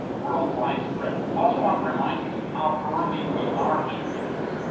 world wide spread. also want to remind you of how early we are into this.